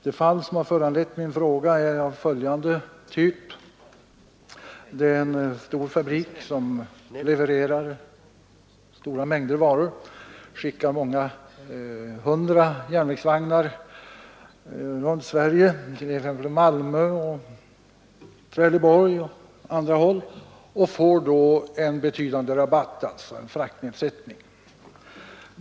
Det fall som föranlett min fråga är av följande typ. En stor fabrik, som levererar stora mängder varor, skickar många hundra järnvägsvagnar runt Sverige — till Malmö, till Trelleborg och andra håll — och får i samband därmed en betydande fraktnedsättning.